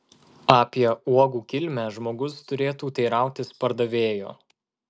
apie uogų kilmę žmogus turėtų teirautis pardavėjo